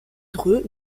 dreux